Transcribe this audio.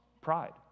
pride